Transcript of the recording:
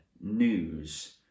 news